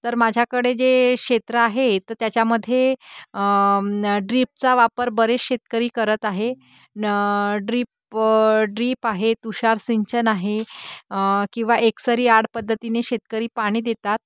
तर माझ्याकडे जे क्षेत्र आहे तर त्याच्यामध्ये ड्रीपचा वापर बरेच शेतकरी करत आहे न ड्रीप ड्रीप आहे तुषार सिंचन आहे किंवा एकसरी आड पद्धतीने शेतकरी पाणी देतात